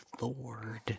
Lord